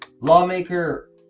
lawmaker